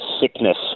sickness